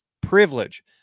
privilege